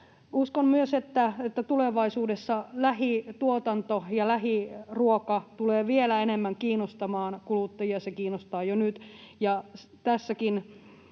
Uskon myös, että tulevaisuudessa lähituotanto ja lähiruoka tulevat vielä enemmän kiinnostamaan kuluttajia. Se kiinnostaa jo nyt,